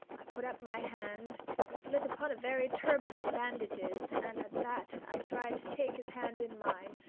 i put up my hand it lit upon a very turban of bandages, and at that i tried to take his hand in mine.